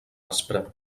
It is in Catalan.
aspra